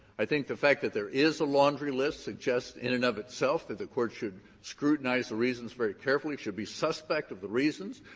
i think the fact that there is a laundry list suggests in and of itself that the court should scrutinize the reasons very carefully, should be suspect of the reasons.